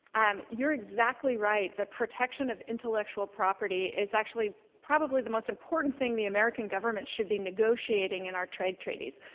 um you're exactly right, the protection of intellectual property is actually probably the most important thing the american government should be negotiating in our trade treaties,